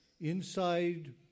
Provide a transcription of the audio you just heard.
Inside